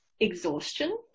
exhaustion